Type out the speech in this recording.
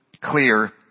clear